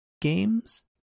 games